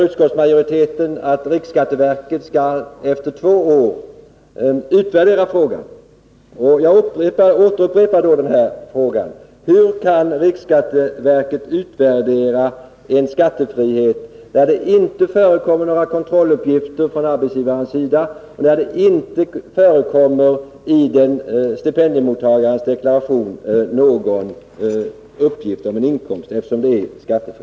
Utskottsmajoriteten säger att riksskatteverket efter två år skall utvärdera den saken. Jag återupprepar min fråga: Hur kan riksskatteverket utvärdera en skattefrihet när det inte förekommer några kontrolluppgifter från arbetsgivarens sida och när det inte i stipendiemottagarens deklaration förekommer någon uppgift om en inkomst, eftersom den är skattefri?